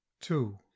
two